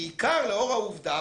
בעיקר לאור העובדה,